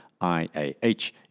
IAH